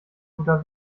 guter